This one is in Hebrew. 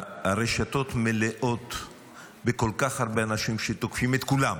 שהרשתות מלאות בכל כך הרבה אנשים שתוקפים את כולם,